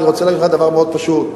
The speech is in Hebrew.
אני רוצה להגיד לך דבר מאוד פשוט,